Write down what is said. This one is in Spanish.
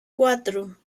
cuatro